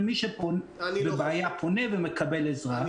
ומי שבבעיה פונה ומקבל עזרה.